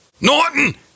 Norton